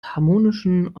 harmonischen